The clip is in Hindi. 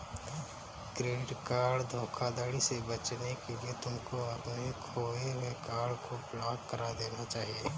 क्रेडिट कार्ड धोखाधड़ी से बचने के लिए तुमको अपने खोए हुए कार्ड को ब्लॉक करा देना चाहिए